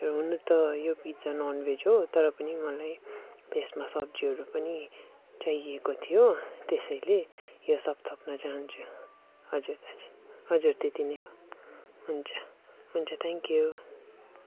हजुर हुनु त यो पिज्जा ननभेज हो तर पनि मलाई त्यसमा सब्जीहरू पनि चाहिएको थियो त्यसैले यो सब थप्नु चाहन्छु हजुर दाजु हजुर त्यति नै हो हुन्छ हुन्छ थ्याङ्क्यू